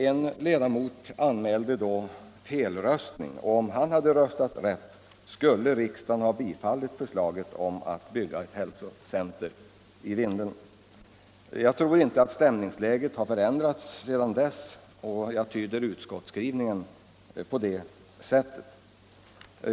En ledamot anmälde då felröstning. Om han hade röstat rätt, skulle riksdagen ha bifallit förslaget om att bygga ett hälsocenter i Vindeln. Jag tror inte att stämningsläget har förändrats sedan dess. Jag tyder utskottsskrivningen på det sättet.